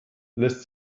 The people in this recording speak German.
lässt